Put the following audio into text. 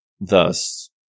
thus